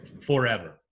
forever